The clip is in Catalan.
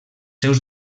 seus